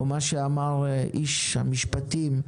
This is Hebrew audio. כמו שאמר איש משרד המשפטים: